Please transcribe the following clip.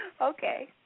Okay